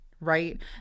right